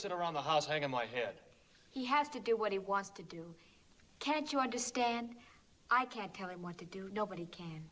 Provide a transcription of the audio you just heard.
sit around the house hanging my head he has to do what he wants to do can't you understand i can't tell him what to do nobody can